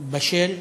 בשל.